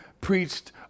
preached